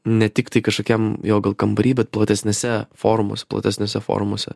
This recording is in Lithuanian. ne tiktai kažkokiam jo kambary bet platesnėse formos platesnėse formose